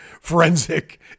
forensic